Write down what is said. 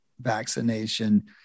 vaccination